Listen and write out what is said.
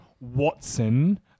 Watson